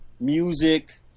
music